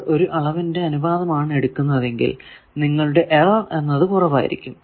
നിങ്ങൾ ഒരു അളവിന്റെ അനുപാതമാണ് എടുക്കുന്നതെങ്കിൽ നിങ്ങളുടെ എറർ എന്നത് കുറവായിരിക്കും